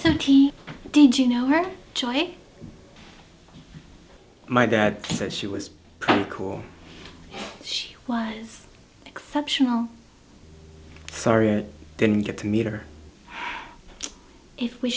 her joy my dad said she was pretty cool she was exceptional sorry i didn't get to meet her if w